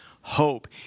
hope